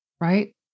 right